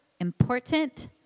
important